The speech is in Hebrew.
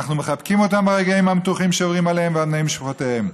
ואנחנו מחבקים אותם ברגעים המתוחים שעוברים עליהם ועל בני משפחותיהם.